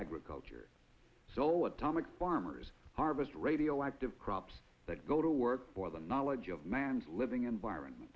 agriculture sole atomic bar murs harvest radioactive crops that go to work for the knowledge of man's living environment